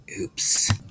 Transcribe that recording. oops